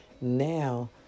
now